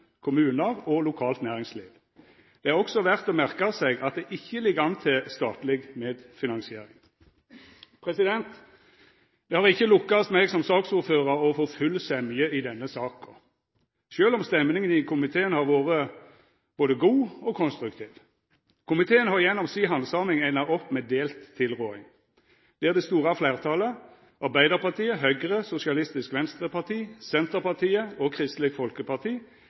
kommunar og lokalt næringsliv. Det er også verdt å merka seg at det ikkje ligg an til statleg medfinansiering. Det har ikkje lukkast meg som saksordførar å få full semje i denne saka, sjølv om stemninga i komiteen har vore både god og konstruktiv. Komiteen har gjennom si handsaming enda opp med delt tilråding, der det store fleirtalet, Arbeidarpartiet, Høgre, Sosialistisk Venstreparti, Senterpartiet og Kristeleg Folkeparti,